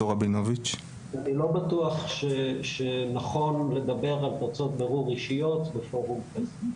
אני לא בטוח שנכון לדבר על תוצאות בירור אישיות בפורום כזה.